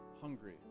hungry